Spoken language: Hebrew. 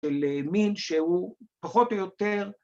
‫של מין שהוא פחות או יותר...